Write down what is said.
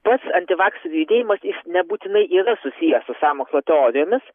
pats antivakserių judėjimas jis nebūtinai yra susijęs su sąmokslo teorijomis